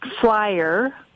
flyer